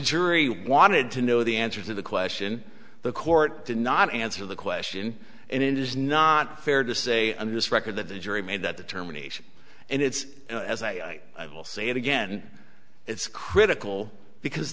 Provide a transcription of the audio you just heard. jury wanted to know the answer to the question the court did not answer the question and it is not fair to say and this record that the jury made that determination and it's as i will say it again it's critical because